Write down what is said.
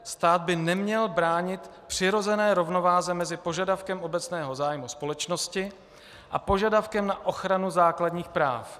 Stát by neměl bránit přirozené rovnováze mezi požadavkem obecného zájmu společnosti a požadavkem na ochranu základních práv.